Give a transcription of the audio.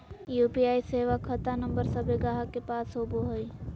UPI सेवा खता नंबर सभे गाहक के पास होबो हइ